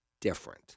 different